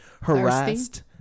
harassed